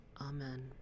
amen